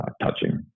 touching